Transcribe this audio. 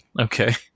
okay